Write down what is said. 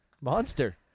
Monster